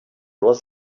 was